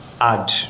add